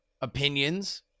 opinions